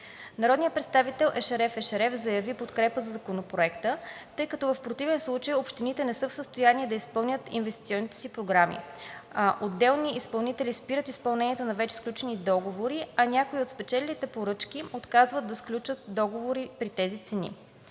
Народният представител Ешереф Ешереф заяви подкрепа за Законопроекта, тъй като в противен случай общините не са в състояние да изпълняват инвестиционните си програми – отделни изпълнители спират изпълнението на вече сключени договори, а някои от спечелилите поръчки отказват да сключат договори при тези цени.